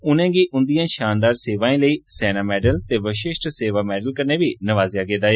उनें गी उंदिएं शानदार सेवाएं लेई सेना मैडल ते वशिष्ठ सेवा मैडल कन्नै नवाजेआ गेदा ऐ